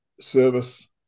service